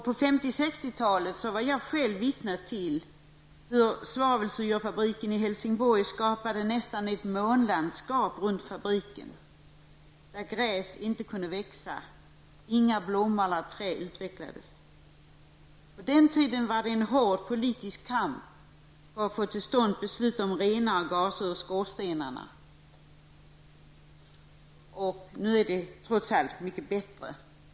På 50 och 60-talen var jag själv vittne till hur svavelsyrefabriken i Hälsingborg skapade nästan ett månlandskap runt fabriken, där gräs inte kunde växa och där inga blommor eller träd utvecklades. Det var på den tiden en hårt politisk kamp att få till stånd beslut om renare gaser ur skorstenarna. Nu är det trots allt mycket bättre.